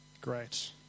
Great